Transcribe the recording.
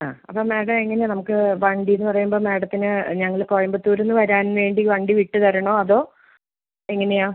ആ അപ്പോൾ മാഡം എങ്ങനെയാണ് നമുക്ക് വണ്ടി എന്ന് പറയുമ്പോൾ മാഡത്തിന് ഞങ്ങൾ കോയമ്പത്തൂരിൽ നിന്ന് വരാൻ വേണ്ടി വണ്ടി വിട്ട് തരണോ അതൊ എങ്ങനെയാണ്